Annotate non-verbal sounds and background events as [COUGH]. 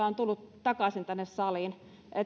[UNINTELLIGIBLE] on tullut takaisin tänne saliin